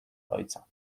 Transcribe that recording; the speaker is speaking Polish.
ojca